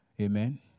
Amen